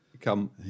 come